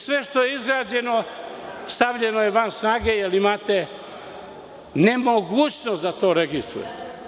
Sve što je izgrađeno, stavljeno je van snage, jer imate nemogućnost da to registrujete.